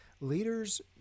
Leaders